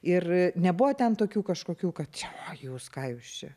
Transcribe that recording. ir nebuvo ten tokių kažkokių kad jūs ką jūs čia